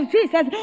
Jesus